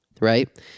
right